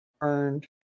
earned